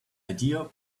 idea